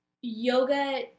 yoga